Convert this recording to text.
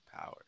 power